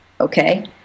okay